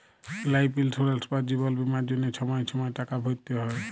life insurance বা জিবল বীমার জ্যনহে ছময় ছময় টাকা ভ্যরতে হ্যয়